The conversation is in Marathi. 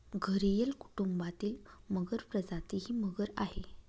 घरियल कुटुंबातील मगर प्रजाती ही मगर आहे